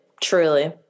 Truly